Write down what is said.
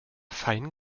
fein